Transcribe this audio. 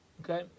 Okay